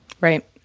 Right